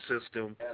system